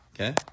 Okay